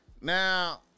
Now